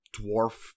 dwarf